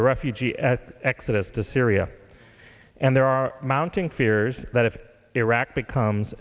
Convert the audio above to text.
the refugee exodus to syria and there are mounting fears that if iraq becomes